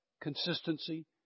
consistency